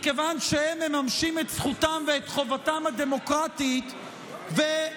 מכיוון שהם מממשים את זכותם ואת חובתם הדמוקרטית ומובילים